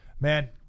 man